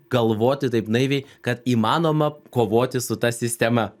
galvoti taip naiviai kad įmanoma kovoti su ta sistema